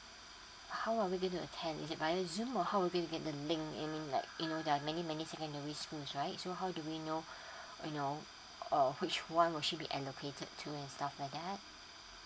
how are we going to obtain it by zoom or how will be in the link it means like know there are many many secondary schools right so how do we know luh you know uh which one and stuff lah